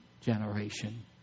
generation